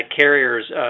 carriers